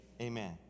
amen